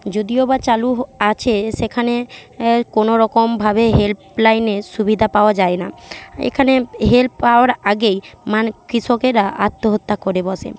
যদিও বা চালু হ আছে সেখানে কোনো রকমভাবে হেল্পলাইনে সুবিধা পাওয়া যায় না এখানে হেল্প পাওয়ার আগেই মান কৃষকেরা আত্মহত্যা করে বসে